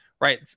right